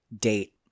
date